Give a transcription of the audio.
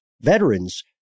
veterans